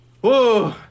Whoa